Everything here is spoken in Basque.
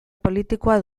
politikoa